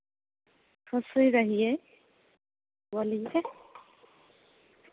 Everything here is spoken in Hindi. खुश ही रहिए बोलिए